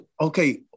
okay